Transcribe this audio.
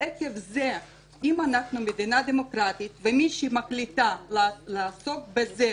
אם אנחנו מדינה דמוקרטית ומישהי מחליטה לעסוק בזה